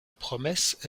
promesse